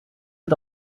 een